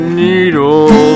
needle